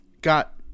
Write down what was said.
got